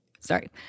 Sorry